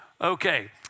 Okay